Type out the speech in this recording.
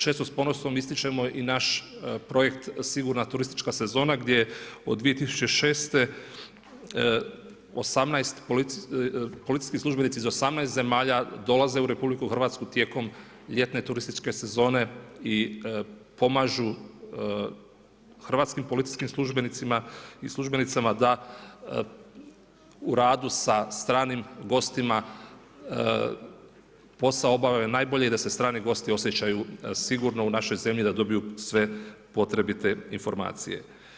Često s ponosom ističemo i naš projekt sigurna turistička sezona gdje od 2006. policijski službenici iz 18 zemalja dolaze u RH tijekom ljetne turističke sezone i pomažu hrvatskim policijskim službenicima i službenicama da u radu sa stranim gostima posao obave najbolje i da se strani gosti osjećaju sigurno u našoj zemlji, da dobiju sve potrebite informacije.